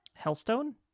hellstone